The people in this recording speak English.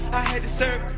had to serve.